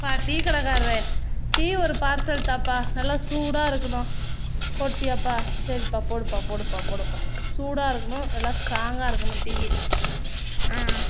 எப்பா டீ கடைக்கார்ரே டீ ஒரு பார்சல் தாப்பா நல்லா சூடாக இருக்கணும் போட்டியாப்பா சரிப்பா போடுப்பா போடுப்பா போடப்பா சூடாக இருக்கணும் நல்லா ஸ்ட்ராங்காக இருக்கணும் டீயி ஆஆ